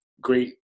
great